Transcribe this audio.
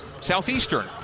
Southeastern